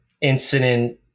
incident